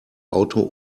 auto